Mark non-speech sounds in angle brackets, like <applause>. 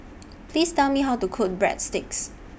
<noise> Please Tell Me How to Cook Breadsticks